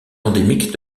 endémique